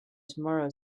tomorrow